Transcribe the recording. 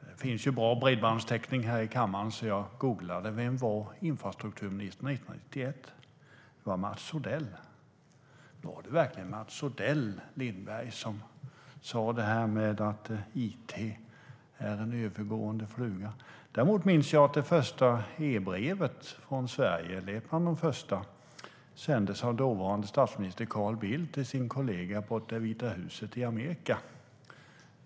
Det finns bra bredbandstäckning här i kammaren, så jag googlade för att se vem som var infrastrukturminister 1991. Det var Mats Odell. Men var det verkligen Mats Odell, Lindberg, som sa att it är en övergående fluga? Däremot minns jag att ett av de första e-breven från Sverige sändes av dåvarande statsminister Carl Bildt till hans kollega borta i Vita huset i Amerika